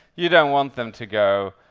you don't want them to go,